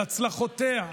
על הצלחותיה,